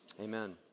amen